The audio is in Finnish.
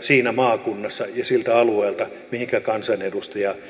siinä maakunnassa ja siltä alueelta mistä kansanedustaja valitaan